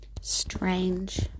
Strange